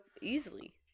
easily